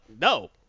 no